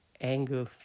anger